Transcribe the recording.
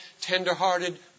tender-hearted